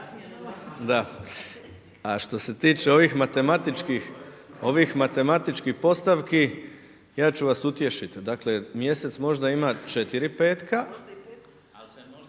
A što se tiče ovih matematičkih postavki ja ću vas utješiti. Dakle, mjesec možda ima 4 petka